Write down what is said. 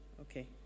Okay